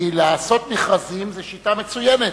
כי לעשות מכרזים זה שיטה מצוינת,